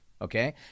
okay